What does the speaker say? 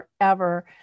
forever